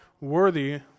worthy